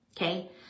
Okay